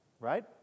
Right